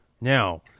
now